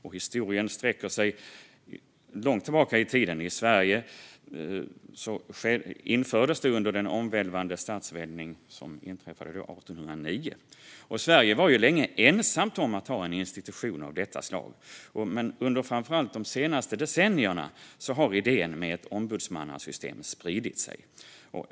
Dess historia i Sverige sträcker sig långt tillbaka i tiden - det infördes under den omfattande statsomvälvning som skedde år 1809. Sverige var länge ensamt om att ha en institution av detta slag, men under framför allt de senaste decennierna har idén om ett ombudsmannasystem spridit sig.